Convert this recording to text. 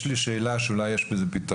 יש לי שאלה שאולי יש בה פתרון.